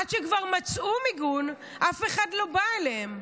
עד שכבר מצאו מיגון, אף אחד לא בא אליהם.